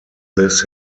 this